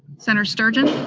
senator sturgeon?